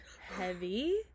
heavy